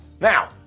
Now